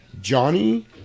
Johnny